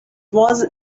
was